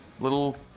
little